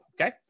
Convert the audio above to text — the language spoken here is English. Okay